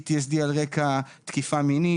PTSD על רקע תקיפה מינית,